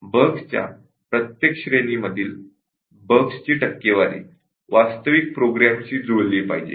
बग्सच्या प्रत्येक कॅटेगरी मधील बग्सची टक्केवारी वास्तविक प्रोग्रामशी जुळली पाहिजे